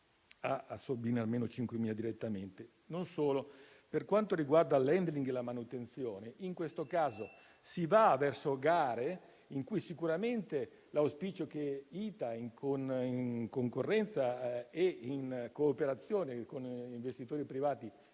per quanto riguarda l'*handling* e la manutenzione, in questo caso si va verso gare a cui sicuramente l'auspicio è che ITA, in concorrenza e in cooperazione con investitori privati,